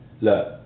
Look